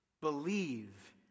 Believe